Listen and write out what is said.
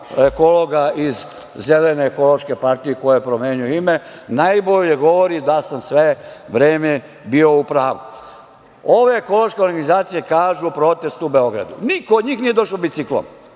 ekologa iz Zelene ekološke partije koja je promenila ime, najbolje govori da sam sve vreme bio u pravu. Ove ekološke organizacije kažu – protest u Beogradu. Niko od njih nije došao biciklom,